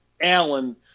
Allen